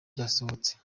byasohotse